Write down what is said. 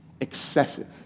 Excessive